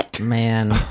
Man